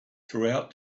throughout